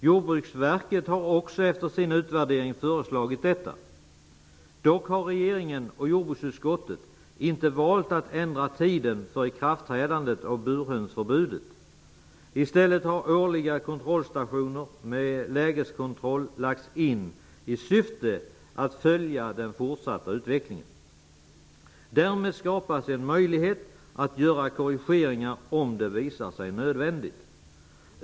Jordbruksverket har också efter sin utvärdering föreslagit detta. Regeringen och jordbruksutskottet har dock inte valt att ändra tiden för ikraftträdandet av burhönsförbudet. I stället har årliga kontrollstationer med lägeskontroll lagts in i syfte att följa den fortsatta utvecklingen. Därmed skapas en möjlighet att göra korrigeringar om det visar sig nödvändigt.